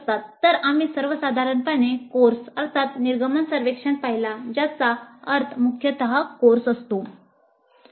तर आम्ही सर्वसाधारणपणे कोर्स अर्थात निर्गमन सर्वेक्षण पाहिला ज्याचा अर्थ मुख्यतः कोर्स असतो